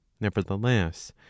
Nevertheless